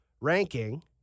ranking